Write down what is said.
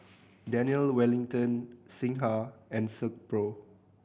Daniel Wellington Singha and Silkpro